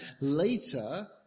later